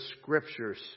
scriptures